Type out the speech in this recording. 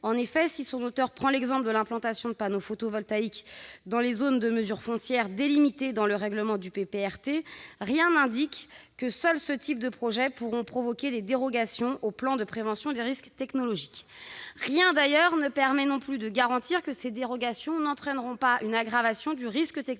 En effet, si son auteur prend l'exemple de l'implantation de panneaux photovoltaïques dans les zones de mesures foncières délimitées dans le règlement du PPRT, rien n'indique que seuls des projets de ce type pourront provoquer des dérogations au plan de prévention des risques technologiques. Rien ne permet non plus de garantir que ces dérogations n'entraîneront pas une aggravation du risque technologique,